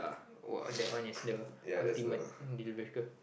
!wah! that one is the ultimate dealbreaker